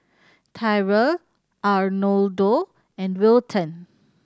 Tyrel Arnoldo and Wilton